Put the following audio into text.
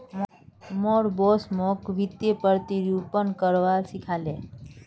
मोर बॉस मोक वित्तीय प्रतिरूपण करवा सिखा ले